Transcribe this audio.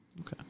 Okay